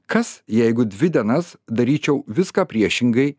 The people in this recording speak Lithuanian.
kas jeigu dvi dienas daryčiau viską priešingai